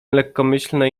lekkomyślne